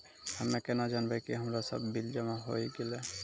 हम्मे केना जानबै कि हमरो सब बिल जमा होय गैलै?